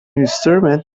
instrument